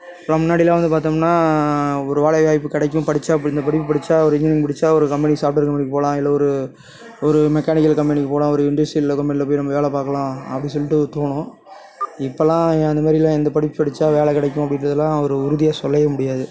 இப்போ முன்னாடியெலாம் வந்து பார்த்தோம்னா ஒரு வேலை வாய்ப்பு கிடைக்கும் படித்தா இப்போ இந்த படிப்பு படித்தா ஒரு இன்ஜினியரிங் முடித்தா ஒரு கம்பெனிக்கு சாஃப்ட்வேர் கம்பெனிக்கு போகலாம் இல்லை ஒரு ஒரு மெக்கானிகல் கம்பெனிக்கு போகலாம் ஒரு இண்டஸ்ட்ரியல் கம்பெனியில் போய் நம்ப வேலை பார்க்கலாம் அப்படி சொல்லிட்டு தோணும் இப்பலாம் அந்தமாதிரி இல்லை எந்த படிப்பு படித்தா வேலை கிடைக்கும் அப்படின்றதெல்லாம் ஒரு உறுதியாக சொல்லவே முடியாது